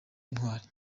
intwari